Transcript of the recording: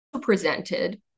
presented